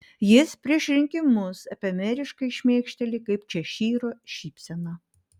jis prieš rinkimus efemeriškai šmėkšteli kaip češyro šypsena